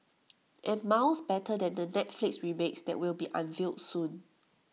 and miles better than the Netflix remake that will be unveiled soon